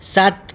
सात